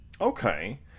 Okay